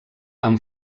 amb